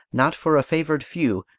not for a favored few,